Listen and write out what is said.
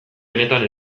benetan